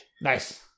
nice